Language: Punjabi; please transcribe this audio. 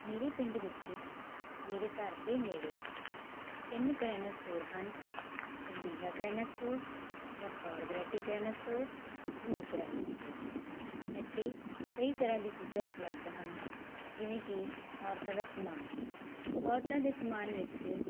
ਮੇਰੇ ਪਿੰਡ ਵਿੱਚ ਮੇਰੇ ਘਰ ਦੇ ਨੇੜੇ ਤਿੰਨ ਕਰਿਆਨਾ ਸਟੋਰ ਹਨ ਬਬੀਹਾ ਕਰਿਆਨਾ ਸਟੋਰ ਰਥੋਰ ਵਰਾਟੀ ਕਰਿਆਨਾ ਸਟੋਰ ਨੂਰ ਕਰਿਆਨਾ ਸਟੋਰ ਇੱਥੇ ਕਈ ਤਰ੍ਹਾਂ ਦੀਆਂ ਚੀਜ਼ਾਂ ਉਪਲਬਧ ਹਨ ਜਿਵੇਂ ਕਿ ਔਰਤਾਂ ਦਾ ਸਮਾਨ ਔਰਤਾਂ ਦੇ ਸਮਾਨ ਵਿੱਚ